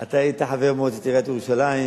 אתה היית חבר מועצת עיריית ירושלים,